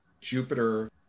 jupiter